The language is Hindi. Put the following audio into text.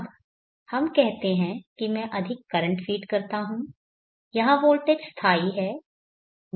अब हम कहते हैं कि मैं अधिक करंट फ़ीड करता हूं यहां वोल्टेज स्थाई है भार पावर मांग रहा है